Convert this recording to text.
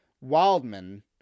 Wildman